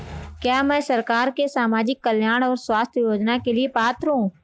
क्या मैं सरकार के सामाजिक कल्याण और स्वास्थ्य योजना के लिए पात्र हूं?